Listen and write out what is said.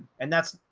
and that's,